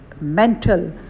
mental